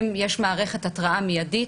יש מערכת התראה מידית,